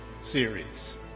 series